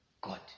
God